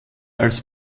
als